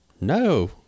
no